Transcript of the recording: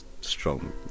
strong